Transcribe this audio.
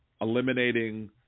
eliminating